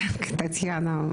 תודה,